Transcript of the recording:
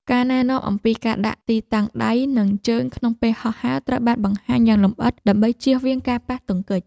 ការណែនាំអំពីការដាក់ទីតាំងដៃ និងជើងក្នុងពេលហោះហើរ ត្រូវបានបង្ហាញយ៉ាងលម្អិតដើម្បីជៀសវាងការប៉ះទង្គិច។